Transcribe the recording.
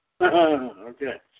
Okay